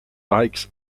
bikes